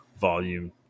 volume